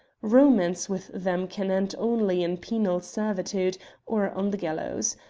romance with them can end only in penal servitude or on the gallows.